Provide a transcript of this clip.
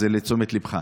זה לתשומת ליבך.